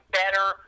better